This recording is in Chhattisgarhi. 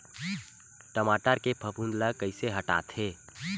टमाटर के फफूंद ल कइसे हटाथे?